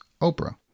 Oprah